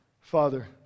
Father